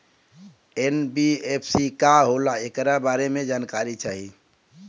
NBFC का होला ऐकरा बारे मे जानकारी चाही?